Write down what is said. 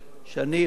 אני חושב